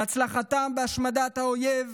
להצלחתם בהשמדת האויב